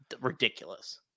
ridiculous